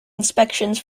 inspections